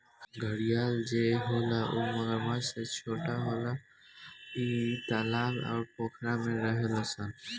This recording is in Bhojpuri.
घड़ियाल जे होला उ मगरमच्छ से छोट होला आ इ तालाब अउर पोखरा में रहेले सन